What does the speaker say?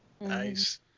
Nice